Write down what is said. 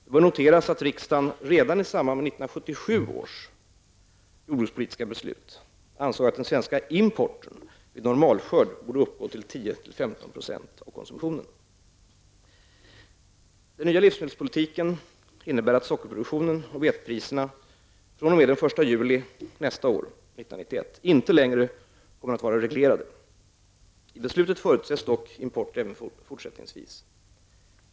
Det bör noteras att riksdagen redan i samband med 1977 års jordbrukspolitiska beslut ansåg att den svenska importen vid normalskörd borde uppgå till 10-- juli 1991 inte längre kommer att vara reglerade. I beslutet förutsätts dock import även fortsättningsvis.